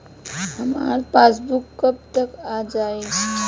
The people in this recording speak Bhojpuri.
हमार पासबूक कब तक आ जाई?